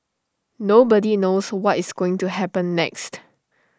nobody knows what is going to happen next